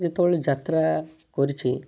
ଯେତେବେଳେ ଯାତ୍ରା କରିଛି